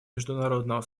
международного